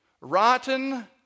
rotten